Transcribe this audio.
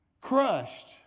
crushed